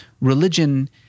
Religion